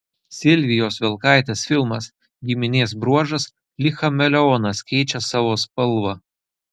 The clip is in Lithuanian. silvijos vilkaitės filmas giminės bruožas lyg chameleonas keičia savo spalvą